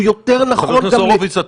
יותר נכון גם מבחינת --- חבר הכנסת הורוביץ,